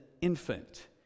infant